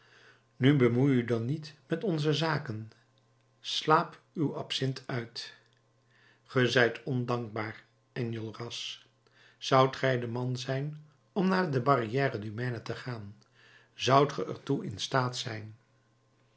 nu bemoei u dan niet met onze zaken slaap uw absinth uit ge zijt ondankbaar enjolras zoudt gij de man zijn om naar de barrière du maine te gaan zoudt ge er toe in staat zijn